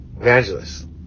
Evangelist